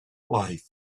life